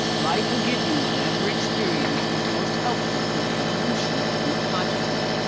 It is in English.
life will give you whatever experience is most helpful for the evolution of your consciousness.